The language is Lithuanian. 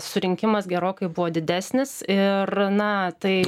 surinkimas gerokai buvo didesnis ir na tai